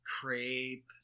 Crepe